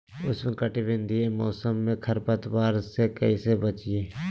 उष्णकटिबंधीय मौसम में खरपतवार से कैसे बचिये?